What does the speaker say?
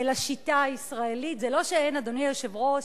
שיטה פסולה זו, כבוד היושב-ראש,